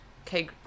Okay